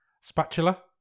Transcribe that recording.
Spatula